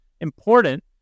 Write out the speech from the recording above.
important